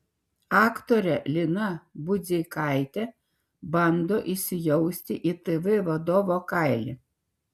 aktorė lina budzeikaitė bando įsijausti į tv vadovo kailį